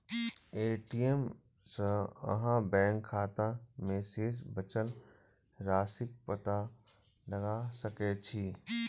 ATM सं अहां bank खाता मे शेष बचल राशिक पता लगा सकै छी